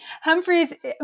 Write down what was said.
Humphreys